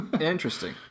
Interesting